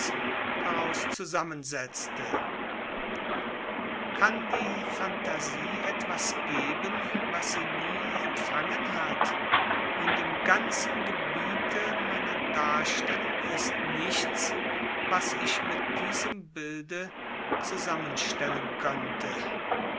daraus zusammensetzte kann die phantasie etwas geben was sie nie empfangen hat und im ganzen gebiete meiner darstellung ist nichts was ich mit diesem bilde zusammenstellen könnte